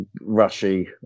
Rushy